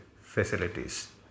facilities